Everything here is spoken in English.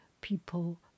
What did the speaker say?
people